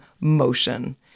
motion